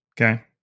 okay